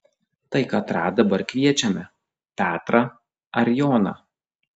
tai katrą dabar kviečiame petrą ar joną